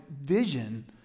vision